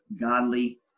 godly